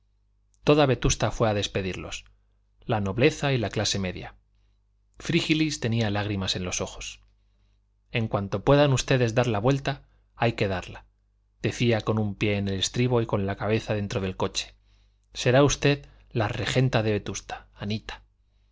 toda vetusta fue a despedirlos la nobleza y la clase media frígilis tenía lágrimas en los ojos en cuanto puedan ustedes dar la vuelta hay que darla decía con un pie en el estribo y la cabeza dentro del coche será usted la regenta de vetusta anita